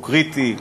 הוא קריטי,